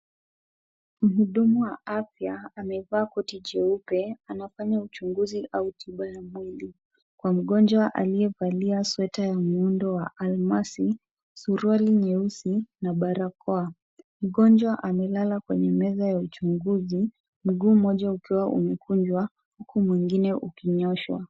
Mhudumu wa afya amevaa koti jeupe anafanya uchunguzi au tiba ya mwili kwa mgonjwa aliyevalia sweta ya muundo wa Almasi, suruali nyeusi na barakoa. Mgonjwa amelala kwenye meza ya uchunguzi, mguu mmoja ukiwa umekunjwa, huku mwingine ukinyooshwa.